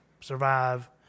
survive